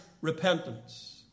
repentance